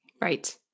Right